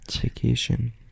vacation